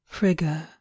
Trigger